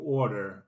order